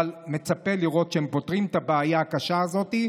אבל מצפה לראות שהם פותרים את הבעיה הקשה הזאת,